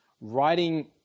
writing